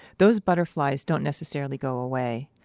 those butterflies don't necessarily go away.